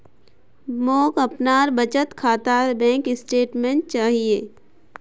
मोक अपनार बचत खातार बैंक स्टेटमेंट्स चाहिए